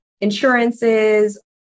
insurances